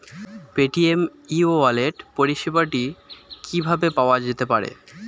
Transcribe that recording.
Paytm e wallet পরিষেবাটি কিভাবে পাওয়া যেতে পারে?